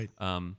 Right